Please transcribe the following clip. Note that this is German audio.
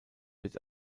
wird